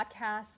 podcast